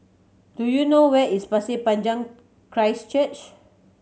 do you know where is Pasir Panjang Christ Church